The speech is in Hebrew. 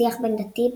שיח בין-דתי,